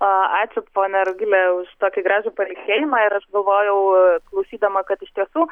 ačiū ponia rugile už tokį gražų palinkėjimą ir aš galvojau klausydama kad iš tiesų